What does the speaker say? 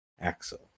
Axel